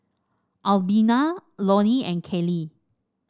Albina Lonie and Callie